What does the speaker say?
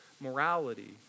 morality